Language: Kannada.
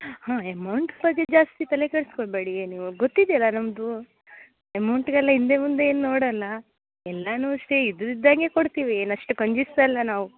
ಹಾಂ ಎಮೌಂಟ್ ಬಗ್ಗೆ ಜಾಸ್ತಿ ತಲೆ ಕೆಡಿಸ್ಕೊಬೇಡಿ ಏ ನೀವು ಗೊತ್ತಿದ್ಯಲ್ಲ ನಮ್ಮದು ಎಮೌಂಟಿಗೆಲ್ಲ ಹಿಂದೆ ಮುಂದೆ ಏನೂ ನೋಡೋಲ್ಲ ಎಲ್ಲಾ ಅಷ್ಟೇ ಇದ್ದಿದ್ದು ಇದ್ದಂಗೆ ಕೊಡ್ತೀವಿ ಏನು ಅಷ್ಟು ಕಂಜೂಸ್ ಅಲ್ಲ ನಾವು